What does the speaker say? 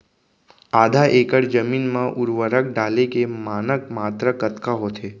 आधा एकड़ जमीन मा उर्वरक डाले के मानक मात्रा कतका होथे?